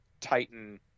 Titan